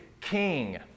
King